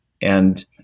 and-